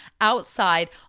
outside